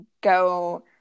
go